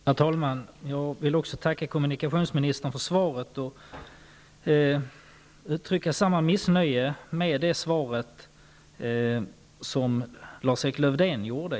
Herr talman! Jag vill också tacka kommunikationsministern för svaret. Jag vill uttrycka samma missnöje med svaret som Lars-Erik Lövdén gjorde.